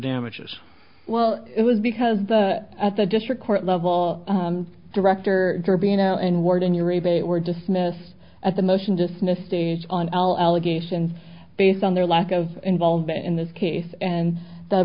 damages well it was because the at the district court level director for being an warden your rebate were dismissed at the motion dismissed stage on allegations based on their lack of involvement in this case and